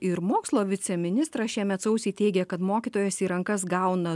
ir mokslo viceministras šiemet sausį teigė kad mokytojas į rankas gauna